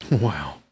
Wow